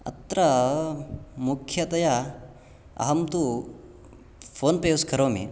अत्र मुख्यतया अहं तु फ़ोन् पे यूस् करोमि